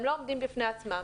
הם לא עומדים בפני עצמם.